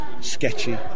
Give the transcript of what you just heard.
sketchy